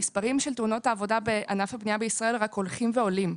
המספרים של תאונות העבודה בענף הבנייה בישראל רק הולכים ועולים.